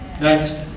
next